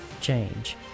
change